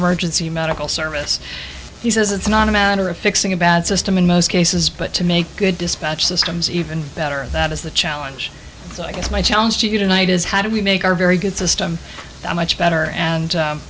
emergency medical service he says it's not a matter of fixing a bad system in most cases but to make good dispatch systems even better and that is the challenge so i guess my challenge to you tonight is how do we make our very good system a much better and